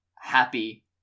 happy